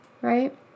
Right